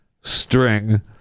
string